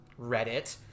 Reddit